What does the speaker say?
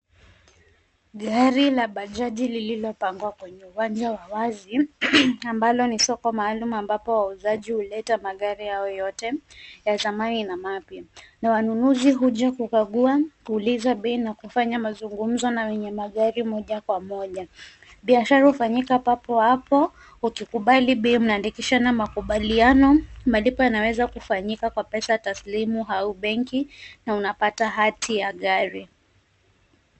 Gari la bajaji lililopangwa kwenye uwanja wa wazi ambalo ni soko maalum ambapo wauzaji huleta magari hayo yote ya zamani na mapya na wanunuzi huja kukagua kuuliza bei na kufanya mazungumzo na wenye magari moja kwa moja. Biashara hufanyika papo hapo ukikubali be mnandi kisha na makubaliano, malipo yanaweza kufanyika kwa pesa taslimu au benki na unapata hati ya gari.